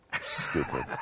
Stupid